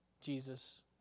Jesus